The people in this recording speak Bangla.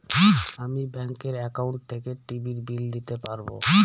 আমি ব্যাঙ্কের একাউন্ট থেকে টিভির বিল দিতে পারবো